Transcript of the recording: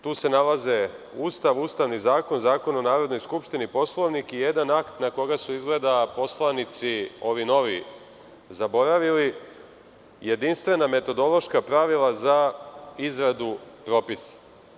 Tu se nalaze Ustav, Ustavni zakon, Zakon o Narodnoj skupštini, Poslovnik i jedan akt na koga su izgleda poslanici, ovi novi, zaboravili - jedinstvena metodološka pravila za izradu propisa.